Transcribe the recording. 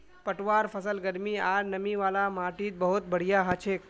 पटवार फसल गर्मी आर नमी वाला माटीत बहुत बढ़िया हछेक